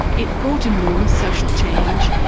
it brought enormous social change,